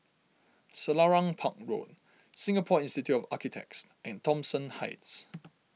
Selarang Park Road Singapore Institute of Architects and Thomson Heights